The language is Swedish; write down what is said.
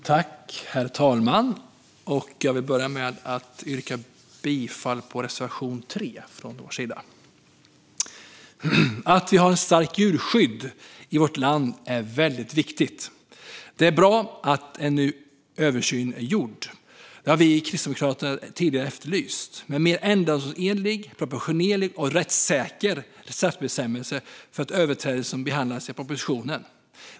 Herr talman! Jag vill börja med att yrka bifall till reservation 3. Att vi har ett starkt djurskydd i vårt land är väldigt viktigt. Det är bra att en översyn är gjord - det har vi i Kristdemokraterna tidigare efterlyst - med en mer ändamålsenlig, proportionerlig och rättssäker straffbestämmelse för de överträdelser som behandlas i propositionen.